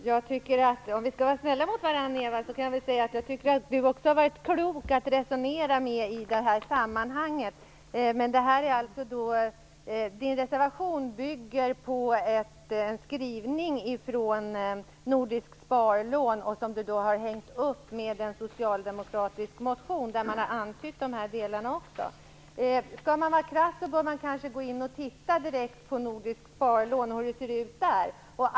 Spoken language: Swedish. Fru talman! Om vi skall vara snälla mot varandra så kan jag säga att jag tycker att Eva Goës också har varit klok att resonera med i det här sammanhanget. Men Eva Goës reservation bygger på en skrivning från Nordiskt Sparlån som hon har hängt upp på en socialdemokratisk motion där samma saker har antytts. Skall man vara krass bör man kanske gå in och titta närmare på hur det ser ut hos Nordiskt Sparlån.